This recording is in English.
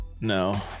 No